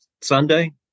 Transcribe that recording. Sunday